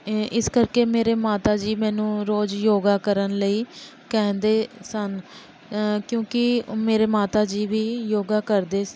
ਇਸ ਕਰਕੇ ਮੇਰੇ ਮਾਤਾ ਜੀ ਮੈਨੂੰ ਰੋਜ਼ ਯੋਗਾ ਕਰਨ ਲਈ ਕਹਿੰਦੇ ਸਨ ਕਿਉਂਕਿ ਮੇਰੇ ਮਾਤਾ ਜੀ ਵੀ ਯੋਗਾ ਕਰਦੇ ਸ